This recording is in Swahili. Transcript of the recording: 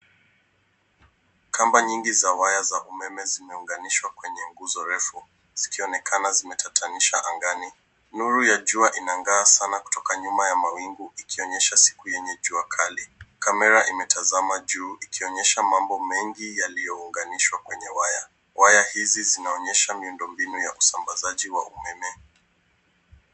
Kamba nyingi za waya za umeme zimeunganishwa kwenye nguzo refu, zikionekana zimetatanisha angani. Nuru ya jua inangaa sana kutoka nyuma ya mawingu, ikionyesha siku yenye jua kali. Kamera imetazama juu, ikionyesha mambo mengi yaliyounganishwa kwenye waya. Waya hizi zinaonyesha miundombinu ya usambazaji wa umeme.